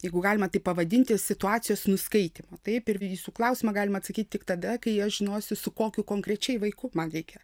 jeigu galima taip pavadinti situacijos nuskaitymo taip ir į jūsų klausimą galima atsakyt tik tada kai aš žinosiu su kokiu konkrečiai vaiku man reikia